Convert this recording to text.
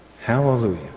Hallelujah